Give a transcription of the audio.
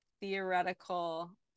theoretical